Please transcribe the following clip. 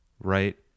right